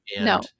No